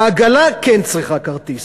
העגלה כן צריכה כרטיס.